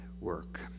work